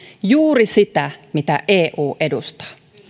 juuri sitä mitä eu edustaa